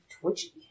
twitchy